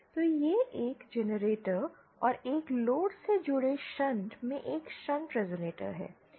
तो यह एक जनरेटर और एक लोड से जुड़े शंट में एक शंट रेज़ोनेटर है